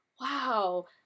wow